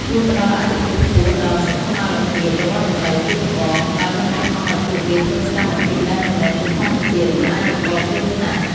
វាផ្តល់អាទិភាពខ្ពស់ដល់ សុខុមាលភាពរបស់ដំរី ជាចម្បង ដោយមិនបង្ខំឲ្យពួកវាធ្វើសកម្មភាពដែលមិនមែនជាធម្មជាតិ ឬអាចបង្កគ្រោះថ្នាក់។